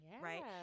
right